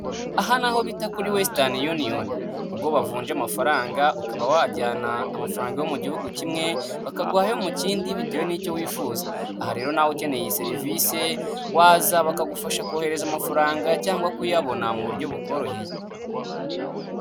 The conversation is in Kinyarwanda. Aha ni aho bita kuri wesiteni yuniyoni, ubwo bavunja amafaranga ukaba wajyana amafaranga mu gihugu kimwe bakaguha mu kindi bitewe n'icyo wifuza. Aha rero nawe ukeneye iyi serivisi waza bakagufasha kohereza amafaranga cyangwa kuyabona mu buryo bukroheye.